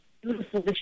beautiful